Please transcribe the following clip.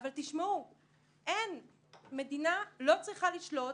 אבל מדינה לא צריכה לשלוט